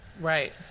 right